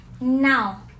now